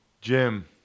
Jim